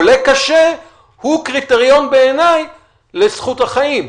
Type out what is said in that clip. חולה קשה, בעיניי הוא קריטריון לזכות החיים,